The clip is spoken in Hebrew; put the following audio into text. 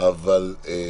ולזה התכוונתי.